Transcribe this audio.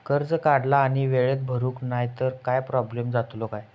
कर्ज काढला आणि वेळेत भरुक नाय तर काय प्रोब्लेम जातलो काय?